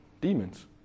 demons